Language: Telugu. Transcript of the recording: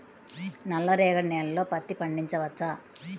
నల్ల రేగడి నేలలో పత్తి పండించవచ్చా?